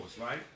right